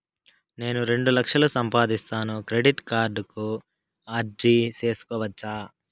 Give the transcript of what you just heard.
నేను రెండు లక్షలు సంపాదిస్తాను, క్రెడిట్ కార్డుకు అర్జీ సేసుకోవచ్చా?